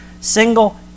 single